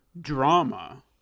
drama